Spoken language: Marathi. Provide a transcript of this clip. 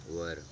वर